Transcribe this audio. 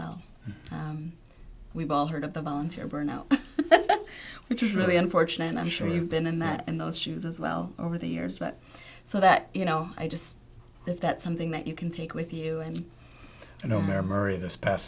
well we've all heard of the volunteer burnout which is really unfortunate and i'm sure you've been in that in those shoes as well over the years but so that you know i just think that something that you can take with you and you know memory this past